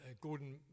Gordon